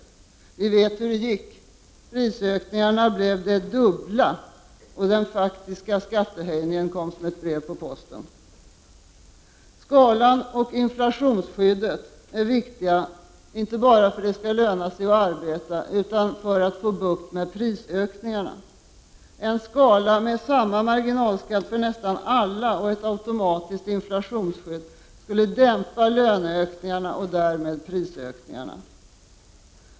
Vi vet hur det gick — prisökningarna blev det dubbla och den faktiska skattehöjningen kom som ett brev på posten. Skalan och inflationsskyddet är viktiga inte bara för att det skall löna sig att arbeta, utan för att få bukt med prisökningarna. En skala med samma marginalskatt för nästan alla och med ett automatiskt inflationsskydd skulle dämpa löneökningarna och därmed prisökningarna.